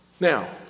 Now